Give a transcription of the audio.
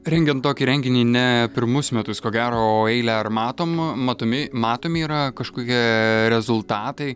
rengiant tokį renginį ne pirmus metus ko gero o eilę ar matom matomi matomi yra kažkokie e rezultatai